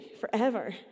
forever